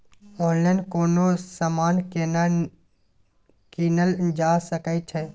Online कोनो समान केना कीनल जा सकै छै?